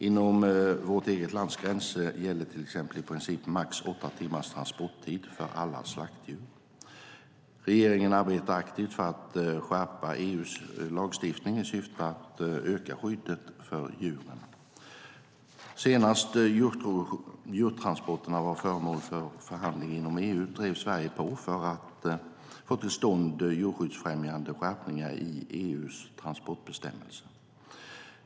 Inom vårt eget lands gränser gäller till exempel i princip max åtta timmars transporttid för alla slaktdjur. Regeringen arbetar aktivt för att skärpa EU:s lagstiftning i syfte att öka skyddet för djuren. Senast djurtransporterna var föremål för förhandlingar inom EU drev Sverige på för att få till stånd djurskyddsfrämjande skärpningar i EU:s transportbestämmelser.